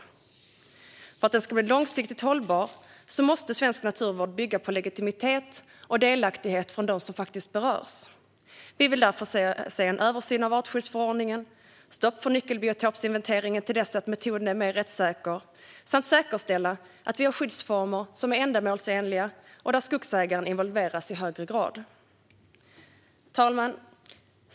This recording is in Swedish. För att naturvården ska vara långsiktigt hållbar måste den bygga på legitimitet och delaktighet från dem som berörs. Vi vill därför se en översyn av artskyddsförordningen, stopp för nyckelbiotopsinventeringen till dess att metoden är mer rättssäker samt säkerställande av att vi har skyddsformer som är ändamålsenliga och där skogsägaren involveras i högre grad. Fru talman!